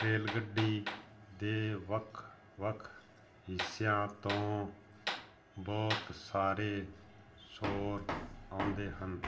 rail ਗੱਡੀ ਦੇ ਵੱਖ ਵੱਖ ਹਿੱਸਿਆਂ ਤੋਂ ਬਹੁਤ ਸਾਰੇ ਸ਼ੌਰ ਆਉਂਦੇ ਹਨ